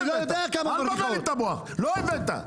לא הבאת.